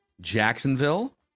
Jacksonville